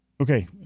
okay